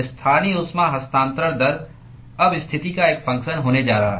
स्थानीय ऊष्मा हस्तांतरण दर अब स्थिति का एक फंगक्शन होने जा रहा है